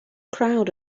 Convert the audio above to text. crowd